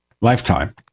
lifetime